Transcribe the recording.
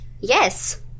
Yes